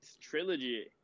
trilogy